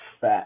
Fat